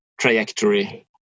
trajectory